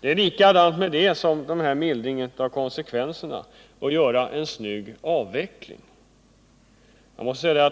Det är likadant med detta som med mildringen av konsekvenserna, att göra en snygg avveckling. Jag måste säga: